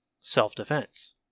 Self-defense